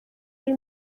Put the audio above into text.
ari